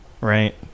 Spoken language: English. right